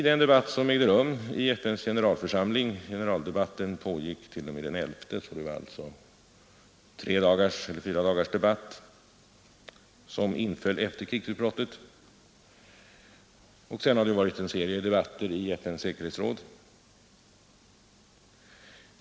Den debatt som ägde rum i FN:s generalförsamling pågick t.o.m. den 11 — det var alltså fyra dagars debatt som inföll efter krigsutbrottet — och sedan har det varit en serie debatter i FN:s säkerhetsråd.